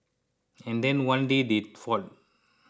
and then one day they fought